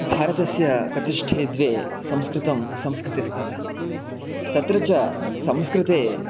भारतस्य प्रतिष्ठे द्वे संस्कृतं संस्कृतिस्तथा तत्र च संस्कृते